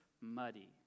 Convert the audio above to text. muddy